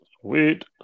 Sweet